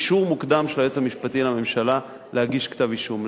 אישור מוקדם של היועץ המשפטי לממשלה להגיש כתב-אישום,